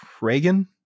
reagan